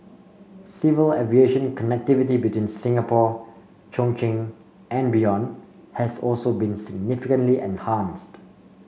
civil aviation connectivity between Singapore Chongqing and beyond has also been significantly and enhanced